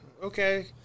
Okay